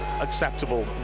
acceptable